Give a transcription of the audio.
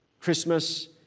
Christmas